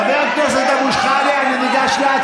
חבר הכנסת אבו שחאדה.